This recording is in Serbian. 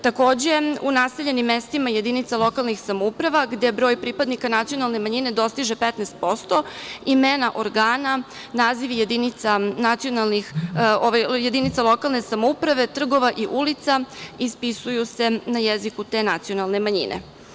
Takođe u naseljenim mestima jedinica lokalne samouprave gde broj pripadnika nacionalne manjine dostiže 15% imena organa, nazivi jedinica lokalne samouprave, trgova i ulica ispisuju se na jeziku te nacionalne manjine.